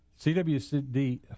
CWD